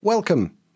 Welcome